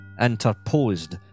interposed